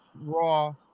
raw